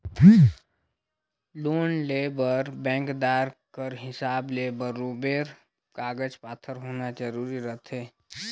loan लेय बर बेंकदार कर हिसाब ले बरोबेर कागज पाथर होना जरूरी रहथे